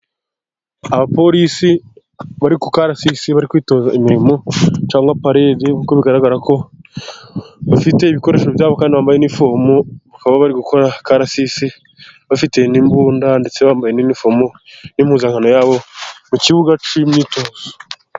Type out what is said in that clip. Abapolisi bari ku karasisi bari kwitoza imirimo, cyangwa parede, nk'uko bigaragara ko bafite ibikoresho byabo, kandi bambaye inifomu, bakaba bari gukora akarasisi, bafite n'imbunda ndetse bambaye n'inifomu n'impuzankano yabo, mu kibuga cy'imyitozo.